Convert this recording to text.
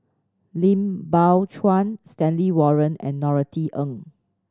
Lim Biow Chuan Stanley Warren and Norothy Ng